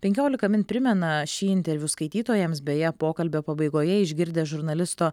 penkiolika min primena šį interviu skaitytojams beje pokalbio pabaigoje išgirdęs žurnalisto